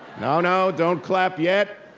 no, no, don't clap yet,